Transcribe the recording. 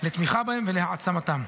לתמיכה בהם ולהעצמתם.